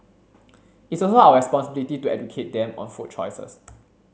it's also our responsibility to educate them on food choices